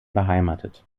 beheimatet